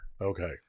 Okay